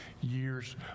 years